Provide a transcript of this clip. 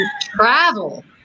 travel